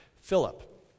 Philip